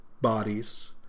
bodies